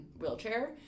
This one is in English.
wheelchair